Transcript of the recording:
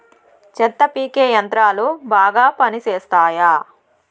చెత్త పీకే యంత్రాలు బాగా పనిచేస్తాయా?